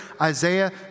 Isaiah